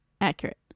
Accurate